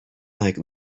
like